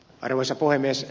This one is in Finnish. arvoisa puhemies